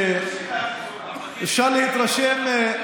אין עוררין על זה.